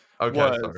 okay